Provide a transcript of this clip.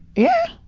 yeah!